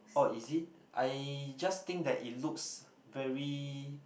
oh is it I just think that it looks very